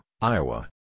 Iowa